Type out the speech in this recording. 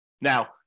Now